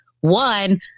one